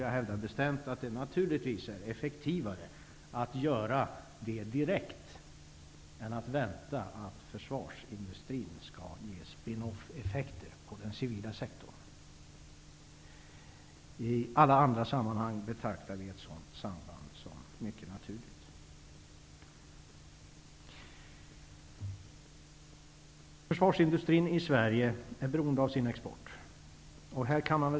Jag hävdar bestämt att det är effektivare att göra detta direkt än att vänta att försvarsindustrin skall ge spin-off-effekter inom den civila sektorn. I alla andra sammanhang betraktar vi ett sådant samband som mycket naturligt. Försvarsindustrin i Sverige är beroende av export.